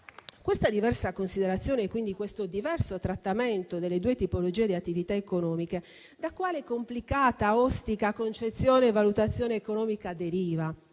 questa diversa considerazione e quindi il diverso trattamento delle due tipologie di attività economiche da quale complicata, ostica concezione e valutazione economica derivano?